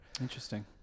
Interesting